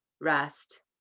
rest